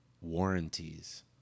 warranties